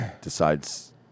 decides